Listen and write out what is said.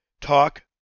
Talk